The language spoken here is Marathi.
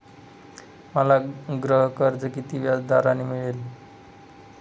मला गृहकर्ज किती व्याजदराने मिळेल?